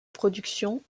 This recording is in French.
production